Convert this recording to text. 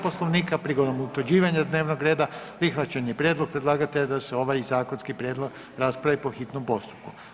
Poslovnika prigodom utvrđivanja dnevnog reda prihvaćen je prijedlog predlagatelja da se ovaj zakonski prijedlog raspravi po hitnom postupku.